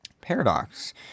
Paradox